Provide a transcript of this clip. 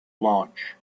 launch